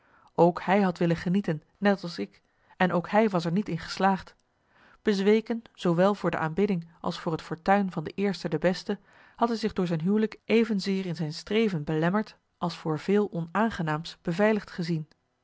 ook hij had willen genieten net als ik en ook hij was er niet in geslaagd bezweken zoowel voor de aanbidding als voor het fortuin van de eerste de beste had hij zich door zijn huwelijk evenzeer in zijn streven belemmerd als voor veel onaangenaams beveiligd gezien